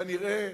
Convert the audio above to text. כנראה